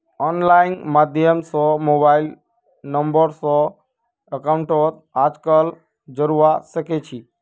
online माध्यम स mobile number स अकाउंटक आजकल जोडवा सके छी